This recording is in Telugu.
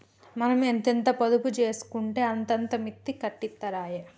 మనం ఎంతెంత పొదుపు జేసుకుంటే అంతంత మిత్తి కట్టిత్తరాయె